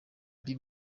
ibi